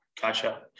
gotcha